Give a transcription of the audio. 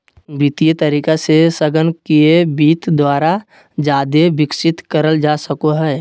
वित्तीय तरीका से संगणकीय वित्त द्वारा जादे विकसित करल जा सको हय